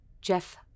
Jeff